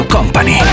Company